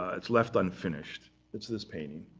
ah it's left unfinished. it's this painting,